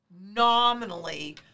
nominally